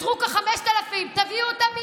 נותרו כ-5,000, תביאו אותם מייד.